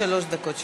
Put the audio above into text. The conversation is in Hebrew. שלוש דקות שלך.